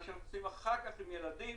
מה שעושים אחר כך הילדים,